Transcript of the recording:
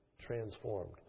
transformed